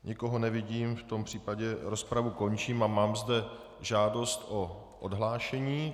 Nikoho nevidím, v tom případě rozpravu končím a mám zde žádost o odhlášení.